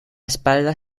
espalda